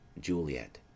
juliet